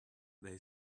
they